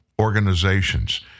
organizations